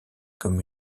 comme